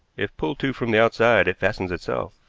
if pulled to from the outside it fastens itself.